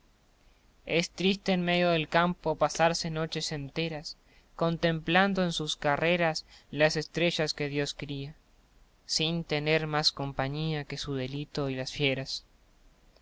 es triste en medio del campo pasarse noches enteras contemplando en sus carreras las estrellas que dios cría sin tener más compañía que su delito y las fieras